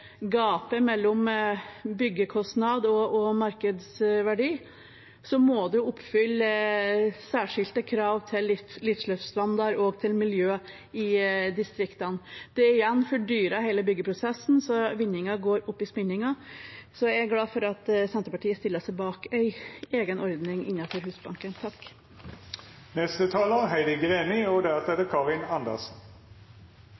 gapet mellom byggekostnad og markedsverdi, må man oppfylle særskilte krav til livsløpsstandard og miljø i distriktene. Det igjen fordyrer hele byggeprosessen, slik at vinningen går opp i spinningen. Jeg er glad for at Senterpartiet stiller seg bak en egen ordning innenfor Husbanken. Denne debatten viser at det er